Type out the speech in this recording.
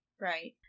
Right